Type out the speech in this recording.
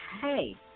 hey